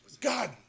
god